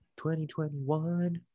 2021